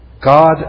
God